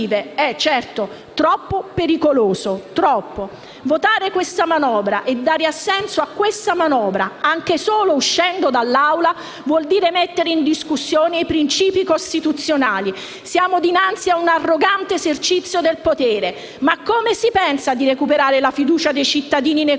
era troppo pericoloso. Votare o dare assenso a questa manovra anche solo uscendo dall'Assemblea vuol dire mettere in discussione i principi costituzionali. Siamo dinanzi a un arrogante esercizio del potere. Ma come si pensa di recuperare la fiducia dei cittadini nei